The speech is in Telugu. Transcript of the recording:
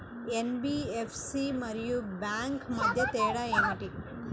ఎన్.బీ.ఎఫ్.సి మరియు బ్యాంక్ మధ్య తేడా ఏమిటీ?